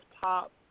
pop